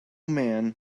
man